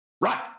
right